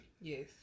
Yes